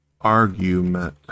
argument